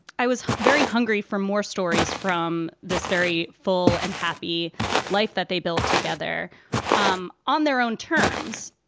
i was very hungry for more stories from this very full and happy life that they built together um on their own terms.